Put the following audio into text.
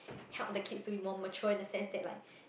help the kids to be more mature in a sense that like